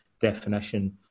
definition